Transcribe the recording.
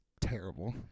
terrible